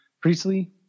Priestley